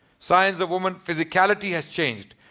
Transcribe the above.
signs of woman, physicality has changed.